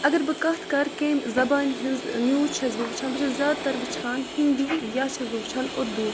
اگر بہٕ کَتھ کَرٕ کمہِ زَبانہِ ہنٛز نِوٕز چھَس بہٕ وُچھان بہٕ چھَس زیادٕ تَر وُچھان ہنٛدی یا چھَس بہٕ وُچھان اُردوٗ